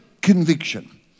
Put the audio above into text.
conviction